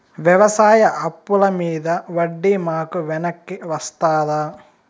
వ్యవసాయ అప్పుల మీద వడ్డీ మాకు వెనక్కి వస్తదా?